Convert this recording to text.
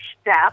step